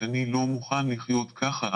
אני לא מוכן לחיות ככה.